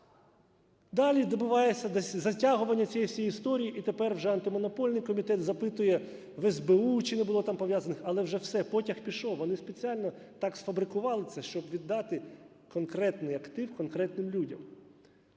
Далі відбувається затягування цієї всієї історії. І тепер вже Антимонопольний комітет запитує в СБУ, чи не було там пов'язаних. Але вже все, потяг пішов. Вони спеціально так сфабрикували це, щоб віддати конкретний актив конкретним людям.